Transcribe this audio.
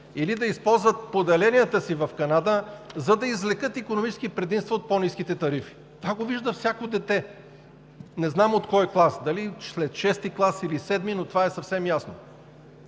или да използват поделенията си в Канада, за да извлекат икономически предимства от по-ниските тарифи. Това го вижда всяко дете не знам от кой клас – дали след шести или седми клас, но това е съвсем ясно.